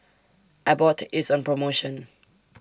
Abbott IS on promotion